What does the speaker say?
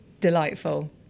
Delightful